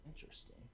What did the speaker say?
Interesting